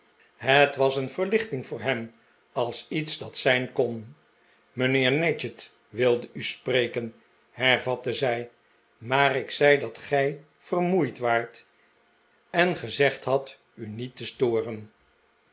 het was een verlichting voor hem als iets dat zijn kon mijnheer nadgett wilde'u spreken hervatte zij maar ik zei hem dat gij vermoeid waart en gezegd hadt u niet te storen